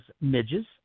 midges